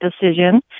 decision